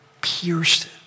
pierced